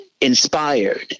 inspired